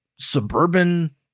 Suburban